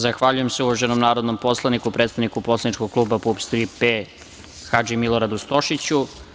Zahvaljujem se uvaženom narodnom poslaniku, predstavniku poslaničkog kluba PUPS „Tri P“ Hadži Miloradu Stošiću.